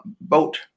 boat